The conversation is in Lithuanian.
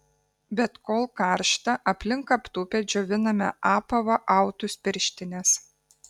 bet kol karšta aplink aptūpę džioviname apavą autus pirštines